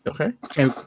Okay